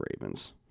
Ravens